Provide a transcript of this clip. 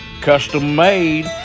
Custom-made